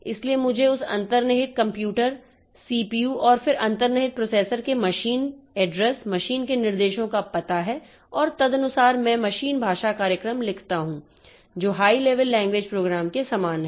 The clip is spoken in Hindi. इसलिए मुझे उस अंतर्निहित कंप्यूटर सीपीयू और फिर अंतर्निहित प्रोसेसर के मशीन एड्रेस मशीन के निर्देशों का पता है और तदनुसार मैं मशीन भाषा कार्यक्रम लिखता हूं जो हाई लेवल लैंग्वेज प्रोग्राम के समान है